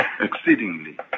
exceedingly